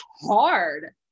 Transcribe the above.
hard